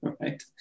right